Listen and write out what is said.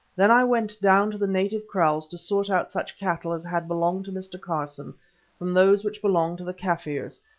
then i went down to the native kraals to sort out such cattle as had belonged to mr. carson from those which belonged to the kaffirs,